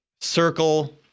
circle